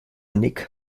nick